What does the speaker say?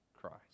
Christ